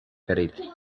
perill